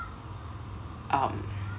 um